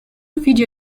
video